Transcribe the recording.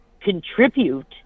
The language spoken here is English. Contribute